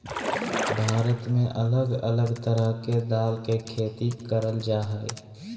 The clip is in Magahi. भारत में अलग अलग तरह के दाल के खेती करल जा हय